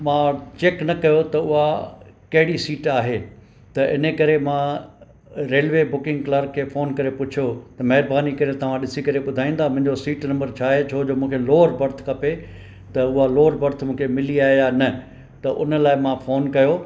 मां चैक न कयो त उहा कहिड़ी सीट आहे त इनकरे मां रेल्वे बुकिंग क्लार्क खे फोन करे पुछियो महिरबानी करे तव्हां ॾिसी करे ॿुधाईंदा मुंहिंजो सीट नम्बर चाहे छो जो मूंखे लोवर बर्थ खपे त उहा लोवर बर्थ मूंखे मिली आहे या न त हुन लाइ मां फोन कयो